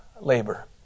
labor